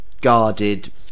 guarded